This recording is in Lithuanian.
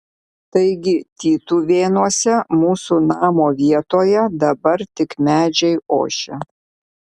taigi tytuvėnuose mūsų namo vietoje dabar tik medžiai ošia